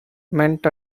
meant